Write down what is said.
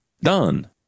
done